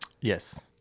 Yes